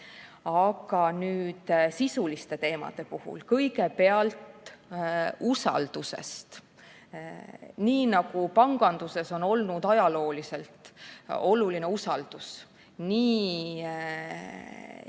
Aga nüüd sisuliste teemade puhul kõigepealt usaldusest. Panganduses on olnud ajalooliselt oluline usaldus nii